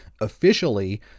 officially